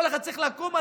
כל אחד צריך לקום,